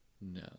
No